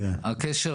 את הקשר,